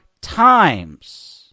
times